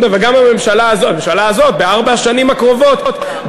הממשלה הזאת, בארבע וחצי השנים הקרובות,